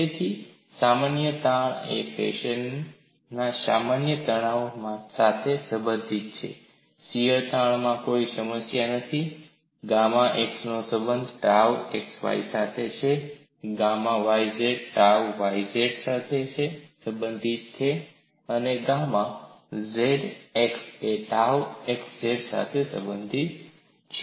તેથી સામાન્ય તાણ આ ફેશનમાં સામાન્ય તણાવ સાથે સંબંધિત છે શીયર તાણમાં કોઈ સમસ્યા નથી ગામા xy નો સંબંધ ટાઉ xy સાથે છે ગામા yz ટાઉ yz સાથે સંબંધિત છે ગામા zx એ ટાઉ xz સાથે સંબંધિત છે